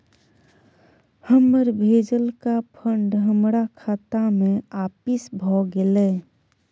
हमर भेजलका फंड हमरा खाता में आपिस भ गेलय